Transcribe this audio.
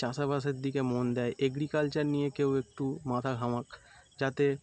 চাষা আবাদের দিকে মন দেয় এগ্রিকালচার নিয়ে কেউ একটু মাথা ঘামাক যাতে